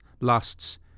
lusts